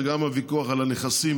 וגם הוויכוח על הנכסים,